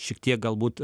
šiek tiek galbūt